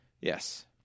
Yes